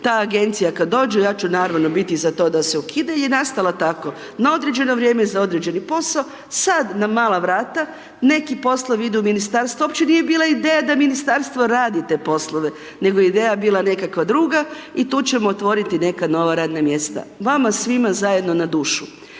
Ta agencija kada dođe, ja ću naravno biti za to da se ukida je nastala tako na određeno vrijeme za određeni posao. Sada na mala vrata neki poslovi idu u ministarstvo. Uopće nije bila ideja da Ministarstvo radi te poslove nego je ideja bila nekakva druga i tu ćemo otvoriti neka nova radna mjesta. Vama svima zajedno na dušu.